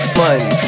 money